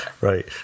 right